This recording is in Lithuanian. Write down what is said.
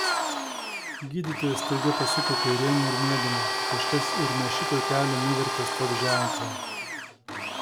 gydytoja staiga pasuko kairėn murmėdama kažkas ir nuo šito kelio nuvertė stop ženklą